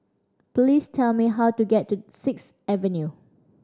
please tell me how to get to Sixth Avenue